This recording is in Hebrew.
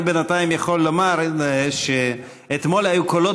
אני בינתיים יכול לומר שאתמול היו קולות